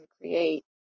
create